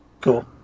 Cool